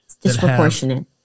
disproportionate